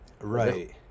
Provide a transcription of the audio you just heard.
Right